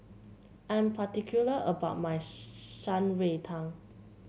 I'm particular about my Shan Rui Tang